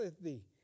thee